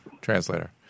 Translator